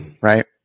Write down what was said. right